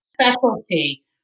specialty